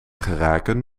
geraken